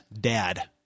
Dad